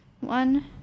One